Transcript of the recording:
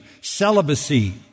celibacy